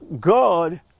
God